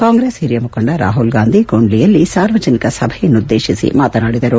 ಕಾಂಗ್ರೆಸ್ ಹಿರಿಯ ಮುಖಂಡ ರಾಹುಲ್ ಗಾಂಧಿ ಕೊಂಡ್ಲಿಯಲ್ಲಿ ಸಾರ್ವಜನಿಕ ಸಭೆಯನ್ನುದ್ದೇಶಿಸಿ ಮಾತನಾದಿದರು